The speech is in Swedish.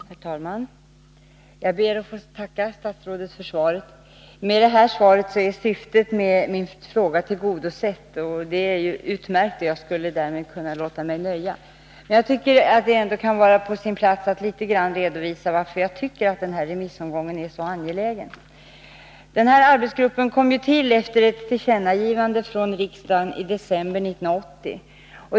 Herr talman! Jag ber att få tacka statsrådet för svaret. Med det här svaret är syftet med min fråga tillgodosett. Det är utmärkt, och därmed skulle jag kunna låta mig nöja. Jag tycker ändå att det kan vara på sin plats att litet grand redovisa varför jag tycker att den här remissomgången är så angelägen. Arbetsgruppen kom till efter ett tillkännagivande från riksdagen i december 1980.